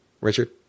Richard